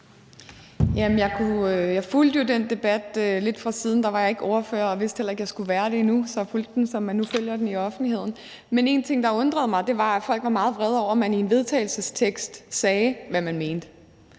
Jeg fulgte jo den debat lidt fra siden. Da var jeg ikke ordfører og vidste endnu heller ikke, at jeg skulle være det. Så jeg fulgte den, som man nu følger den i offentligheden. Men en ting, der undrede mig, var, at folk var meget vrede over, at man i en vedtagelsestekst sagde, hvad man mente,